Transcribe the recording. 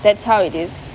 that's how it is